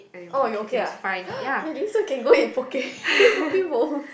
oh you okay ah really so you can go eat Poke Poke-Bowl